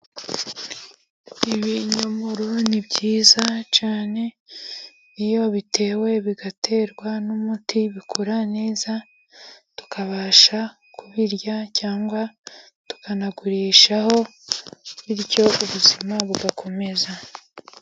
Ibinyomoro ni byiza cyane iyo bitewe bigaterwa n'umut,i bikura neza tukabasha kubirya cyangwa tukanagurishaho bityo ubuzima bugakomeza.